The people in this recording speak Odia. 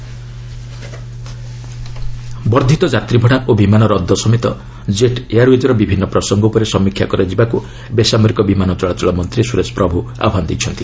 ପ୍ରଭ୍ଜୁ ଜେଟ୍ ବର୍ଦ୍ଧିତ ଯାତ୍ରୀଭଡ଼ା ଓ ବିମାନ ରଦ୍ଦ ସମେତ ଜେଟ୍ ଏୟାରଓ୍ପେଜ୍ର ବିଭିନ୍ନ ପ୍ରସଙ୍ଗ ଉପରେ ସମୀକ୍ଷା କରାଯିବାକୁ ବେସାମରିକ ବିମାନ ଚଳାଚଳ ମନ୍ତ୍ରୀ ସୁରେଶ ପ୍ରଭୁ ଆହ୍ୱାନ ଦେଇଛନ୍ତି